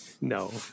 No